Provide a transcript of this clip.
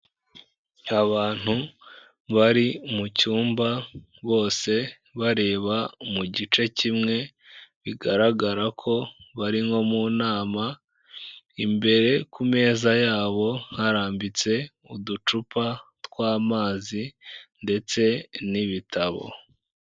Abantu bari mu cyumba bose bareba mu gice kimwe bigaragara ko bari nko mu nama, imbere ku meza yabo harambitse uducupa tw'amazi ndetse n'ibitabo.